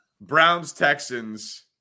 Browns-Texans